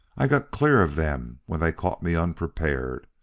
i got clear of them when they caught me unprepared,